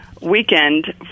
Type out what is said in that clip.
weekend